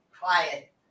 quiet